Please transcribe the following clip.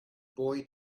boy